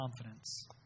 confidence